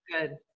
Good